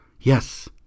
Yes